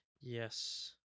Yes